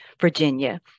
Virginia